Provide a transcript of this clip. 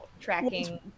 Tracking